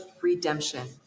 redemption